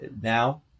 now